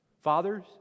Fathers